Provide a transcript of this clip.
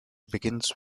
begins